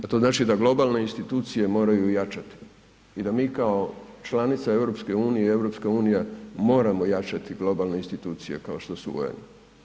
A to znači da globalne institucije moraju jačati i da mi kao članica EU-e i EU moramo jačati globalne institucije kao što su UN.